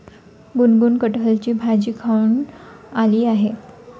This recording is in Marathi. गुनगुन कठहलची भाजी खाऊन आली आहे